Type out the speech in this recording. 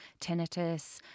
tinnitus